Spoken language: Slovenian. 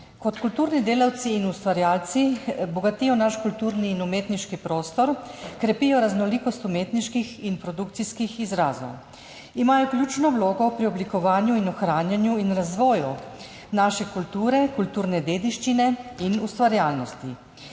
Kot kulturni delavci in ustvarjalci bogatijo naš kulturni in umetniški prostor, krepijo raznolikost umetniških in produkcijskih izrazov, imajo ključno vlogo pri oblikovanju in ohranjanju in razvoju naše kulture, kulturne dediščine in ustvarjalnosti.